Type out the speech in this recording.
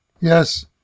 Yes